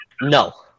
No